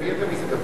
למי אתה מתכוון?